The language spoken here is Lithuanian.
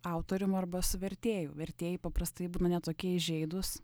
autorium arba su vertėju vertėjai paprastai būna ne tokie įžeidūs